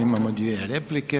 Imamo dvije replike.